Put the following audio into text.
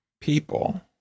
people